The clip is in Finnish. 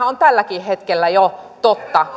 on jo tälläkin hetkellä totta